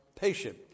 patient